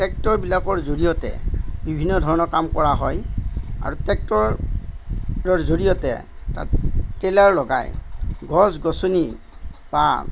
ট্ৰেক্টৰবিলাকৰ জড়িয়তে বিভিন্ন ধৰণৰ কাম কৰা হয় আৰু ট্ৰেক্টৰৰ জৰিয়তে তাত ট্ৰেইলাৰ লগাই গছ গছনি বা